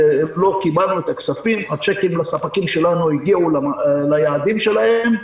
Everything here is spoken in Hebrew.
לא קיבלנו את הכספים הצ'קים לספקים שלנו הגיעו ליעדים שלהם,